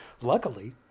Luckily